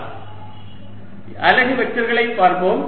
s x2y2 tanϕ yx x scosϕ y ssinϕ அலகு வெக்டர்களைப் பார்ப்போம்